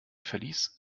verlies